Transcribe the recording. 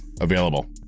Available